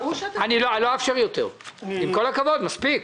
עו"ד ארפי, לא אאפשר יותר, עם כל הכבוד, מספיק.